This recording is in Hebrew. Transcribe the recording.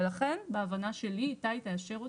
ולכן בהבנה שלי, איתי, תאשר אותי,